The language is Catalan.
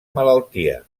malaltia